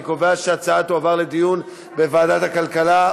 אני קובע שההצעה תועבר לדיון בוועדת הכלכלה.